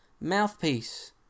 mouthpiece